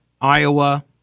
Iowa